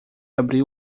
abrir